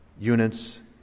units